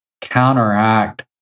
counteract